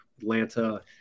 Atlanta